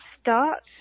start